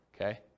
okay